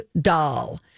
Doll